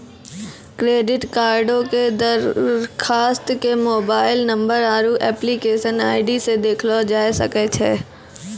credit कार्डो के दरखास्त के मोबाइल नंबर आरु एप्लीकेशन आई.डी से देखलो जाय सकै छै